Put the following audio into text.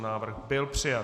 Návrh byl přijat.